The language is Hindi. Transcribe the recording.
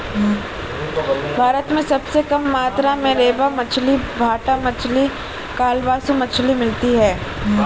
भारत में सबसे कम मात्रा में रेबा मछली, बाटा मछली, कालबासु मछली मिलती है